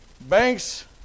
Banks